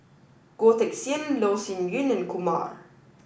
Goh Teck Sian Loh Sin Yun and Kumar